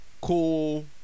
Cool